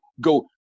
Go